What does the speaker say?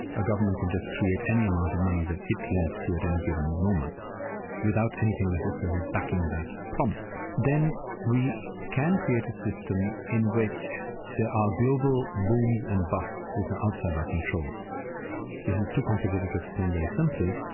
a government can just create any amount of money that it wants to at any given moment without anything necessarily backing that promise then we can create a system in which there are global booms and busts which are outside our control this is too complicated to explain very simply.